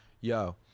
Yo